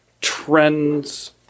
trends